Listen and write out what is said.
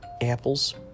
apples